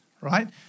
right